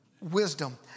wisdom